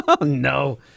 No